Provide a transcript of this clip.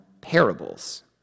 parables